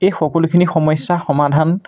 এই সকলোখিনি সমস্যা সমাধান